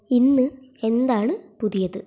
ഇന്ന് എന്താണ് പുതിയത്